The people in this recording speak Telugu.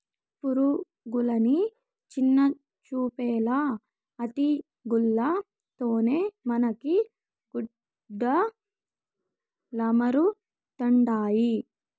పురుగులని చిన్నచూపేలా ఆటి గూల్ల తోనే మనకి గుడ్డలమరుతండాయి